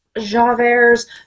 Javert's